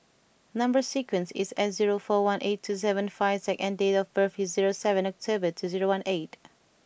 number sequence is S zero four one eight two seven five Z and date of birth is zero seven October two zero one eight